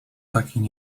takiej